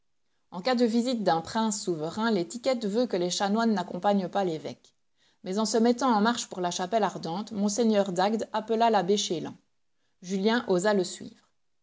en cas de visite d'un prince souverain l'étiquette veut que les chanoines n'accompagnent pas l'évêque mais en se mettant en marche pour la chapelle ardente monseigneur d'agde appela l'abbé chélan julien osa le suivre